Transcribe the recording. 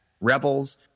rebels